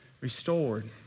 restored